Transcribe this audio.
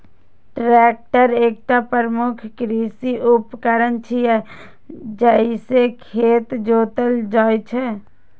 tractor एकटा प्रमुख कृषि उपकरण छियै, जइसे खेत जोतल जाइ छै